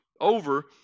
over